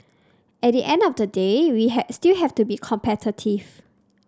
at the end of the day we still have to be competitive